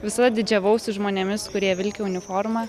visada didžiavausi žmonėmis kurie vilki uniformą